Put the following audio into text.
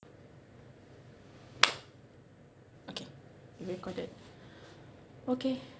okay recorded okay